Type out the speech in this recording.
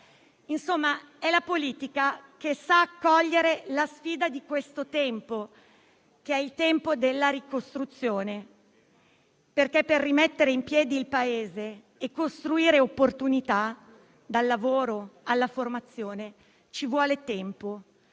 Insomma, è la politica che sa cogliere la sfida di questo tempo, che è il tempo della ricostruzione. Per rimettere in piedi il Paese e costruire opportunità, infatti, dal lavoro alla formazione, ci vuole tempo;